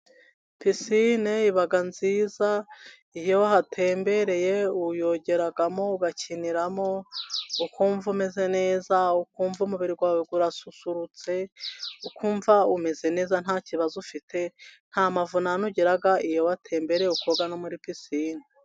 Picine iba nziza, iyo uhatembereye uyogeramo, ugakiniramo, ukumva umeze neza, ukumva umubiri wawe urasusurutse, ukumva umeze neza ntaki kibazo ufite, nta mavunane ugira iyo watembereye ukoga muri pisine.